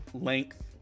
length